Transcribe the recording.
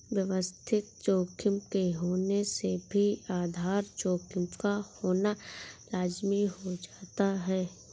व्यवस्थित जोखिम के होने से भी आधार जोखिम का होना लाज़मी हो जाता है